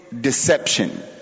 deception